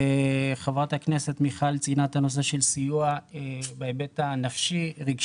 חברת הכנסת מיכל ציינה את הנושא של סיוע בהיבט הנפשי-רגשי,